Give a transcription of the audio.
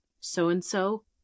so-and-so